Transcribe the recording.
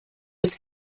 was